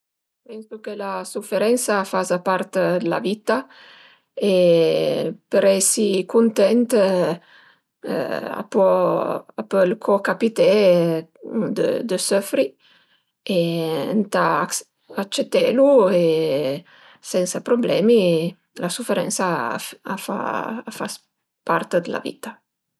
Pensu che la suferensa a faza part d'la vitta e për esi cuntent a po a pöl co capité dë söfri e ëntà acetelu e sensa problemi, la suferensa a fa part d'la vitta